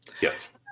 Yes